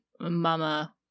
Mama